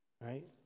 Right